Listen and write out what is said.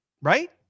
right